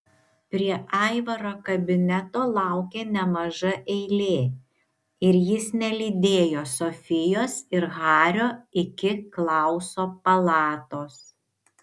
prie aivaro kabineto laukė nemaža eilė ir jis nelydėjo sofijos ir hario iki klauso palatos